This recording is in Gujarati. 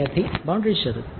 વિદ્યાર્થી બાઉન્ડ્રી શરત